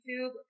YouTube